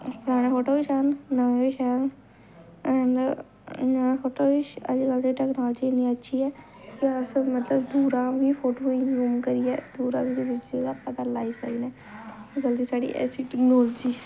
पराने फोटो बी शैल न नमें बी शैल न नमें फोटो बी अज्जकल दी टैकनालिजी इ'न्नी अच्छी ऐ कि अस मतलब पूरा अपने फोटो गी जूम करियै पूरा जेह्ड़ा पता लाई सकने जल्दी साढ़ी ऐसी टैक्नालिजी